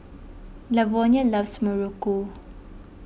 Lavonia loves Muruku